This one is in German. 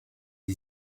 die